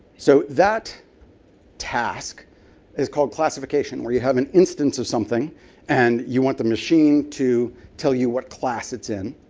so that task is called classification where you have an instance of something and you want the machine to tell you what class it's in.